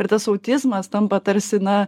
ir tas autizmas tampa tarsi na